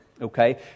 Okay